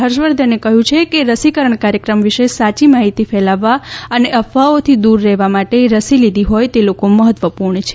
હર્ષવર્ધને કહ્યું છે કે રસીકરણ કાર્યક્રમ વિશે સાચી માહિતી ફેલાવવા અને અફવાઓ દૂર કરવા માટે રસી લીધી હોય તે લોકો મહત્વપૂર્ણ છે